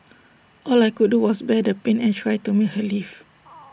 all I could do was bear the pain and try to make her leave